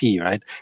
right